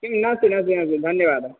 किं नस्ति नास्ति नास्ति धन्यवादः